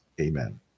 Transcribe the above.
amen